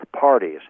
parties